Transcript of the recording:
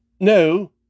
No